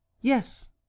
yes